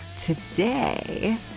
Today